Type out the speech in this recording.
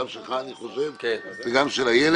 גם שלך אני חושב, וגם של איילת,